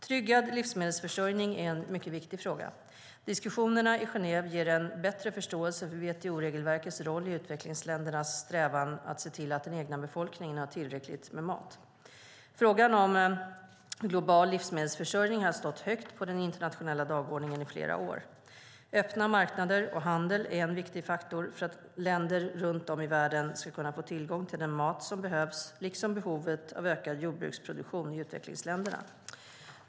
Tryggad livsmedelsförsörjning är en mycket viktig fråga. Diskussionerna i Genève ger en bättre förståelse för WTO-regelverkets roll i utvecklingsländernas strävan att se till att den egna befolkningen har tillräckligt med mat. Frågan om global livsmedelsförsörjning har stått högt på den internationella dagordningen i flera år. Öppna marknader och handel är en viktig faktor för att länder runt om i världen ska kunna få tillgång till den mat som behövs. Det finns också ett behov av ökad jordbruksproduktion i utvecklingsländerna.